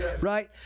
Right